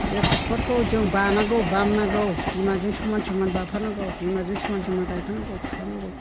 बेफोरखौ जों बानांगौ बामनांगौ बिमाजों समान समान बाफानांगौ बिमाजों समान समान गायफानांगौ फुफानांगौ